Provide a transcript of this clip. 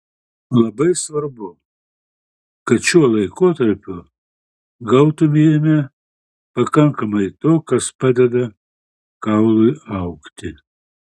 labai svarbu kad šiuo laikotarpiu gautumėme pakankamai to kas padeda kaului augti